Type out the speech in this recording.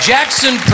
Jackson